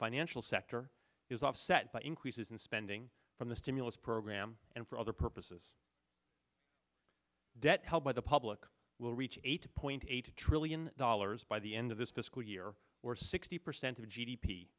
financial sector is offset by increases in spending from the stimulus program and for other purposes debt held by the public will reach eight point eight trillion dollars by the end of this fiscal year or sixty percent of g